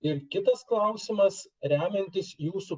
ir kitas klausimas remiantis jūsų